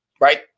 Right